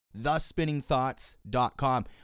thespinningthoughts.com